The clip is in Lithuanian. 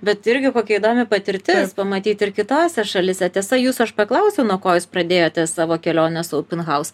bet irgi kokia įdomi patirtis pamatyti ir kitose šalyse tiesa jūsų aš paklausiau nuo ko jūs pradėjote savo keliones open house